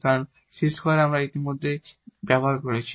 কারণ 𝑐2 আমরা ইতিমধ্যে ব্যবহার করেছি